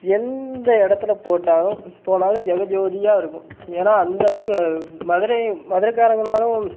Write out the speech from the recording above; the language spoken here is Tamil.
எந்த இடத்துல போட்டாலும் போனாலும் ஜெகஜோதியாக இருக்கும் ஏன்னால் அந்தளவுக்கு மதுரை மதுரக்காரங்கனாலும்